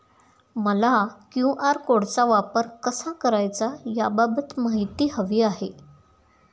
मला क्यू.आर कोडचा वापर कसा करायचा याबाबत माहिती हवी आहे